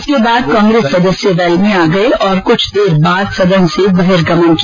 इसके बाद कांग्रेस सदस्य वैल में आ गये और कुछ देर बाद सदन से बहिर्गमन किया